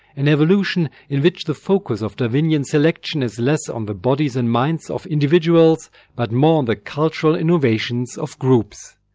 an evolution in which the focus of darwinian selection is less on the bodies and minds of individuals but more on the cultural innovations of groups.